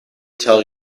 tell